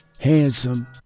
Handsome